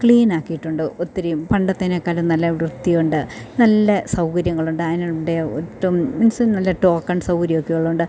ക്ലീനാക്കിയിട്ടുണ്ട് ഒത്തിരിയും പണ്ടത്തതിനേക്കാളും നല്ല വൃത്തിയുണ്ട് നല്ല സൗര്യങ്ങളുണ്ട് അതിനുണ്ട് ഒട്ടും മീൻസ് നല്ല ടോക്കൺ സൗകര്യമൊക്കെ ഉള്ളതു കൊണ്ട്